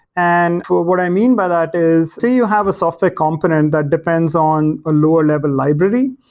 and what i mean by that is say you have a software component that depends on a lower-level library.